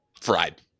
fried